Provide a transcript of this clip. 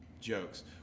jokes